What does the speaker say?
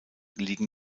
liegen